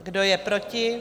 Kdo je proti?